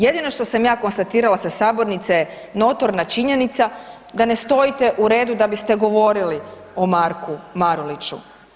Jedino što sam ja konstatirala sa sabornice notorna činjenica da ne stojite u redu da biste govorili o Marku Maruliću.